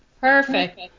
Perfect